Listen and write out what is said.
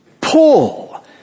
pull